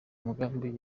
umugambi